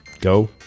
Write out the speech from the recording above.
Go